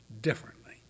differently